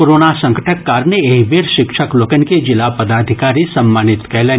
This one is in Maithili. कोरोना संकटक कारणे एहि बेर शिक्षक लोकनि के जिला पदाधिकारी सम्मानित कयलनि